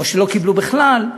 או שלא קיבלו בכלל,